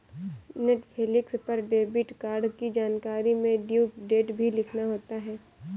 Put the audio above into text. Netflix पर debit card की जानकारी में ड्यू डेट भी लिखना होता है